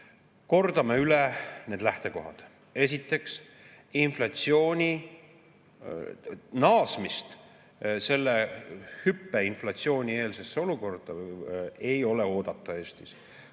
Kordame üle need lähtekohad. Esiteks inflatsiooni naasmist selle hüppe eelsesse olukorda ei ole oodata Eestis.